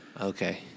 Okay